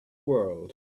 world